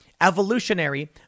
Evolutionary